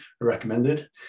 recommended